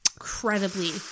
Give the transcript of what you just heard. incredibly